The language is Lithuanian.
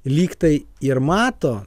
lyg tai ir mato